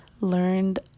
learned